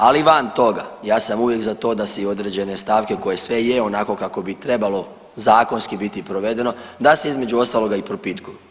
Ali van toga ja sam uvijek za to da se i određene stavke koje sve je onako kako bi trebalo zakonski biti provedeno da se između ostaloga i propitkuju.